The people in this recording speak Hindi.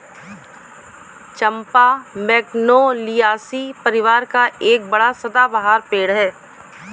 चंपा मैगनोलियासी परिवार का एक बड़ा सदाबहार पेड़ है